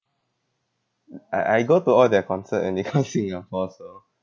I I go to all their concert and they come singapore so